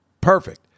perfect